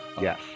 Yes